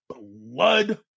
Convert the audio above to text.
blood